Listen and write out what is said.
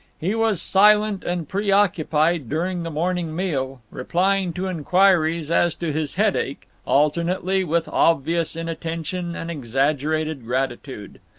he was silent and preoccupied during the morning meal, replying to inquiries as to his headache, alternately, with obvious inattention and exaggerated gratitude.